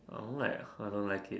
I don't like eh I don't like it